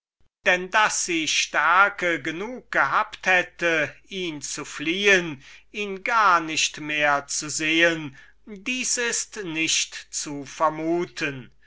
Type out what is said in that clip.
denn daß sie stark genug gewesen wäre ihn zu fliehen ihn gar nicht mehr zu sehen das ist nicht zu vermuten